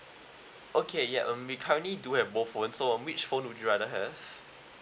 okay ya um we currently do have both phone so which phone would you rather have